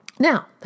Now